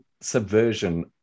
subversion